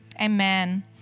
Amen